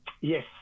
Yes